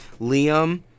Liam